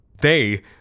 They